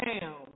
down